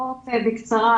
תשובות בקצרה.